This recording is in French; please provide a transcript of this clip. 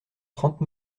trente